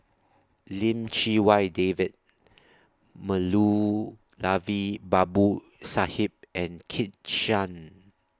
Lim Chee Wai David Moulavi Babu Sahib and Kit Chan